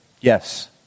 Yes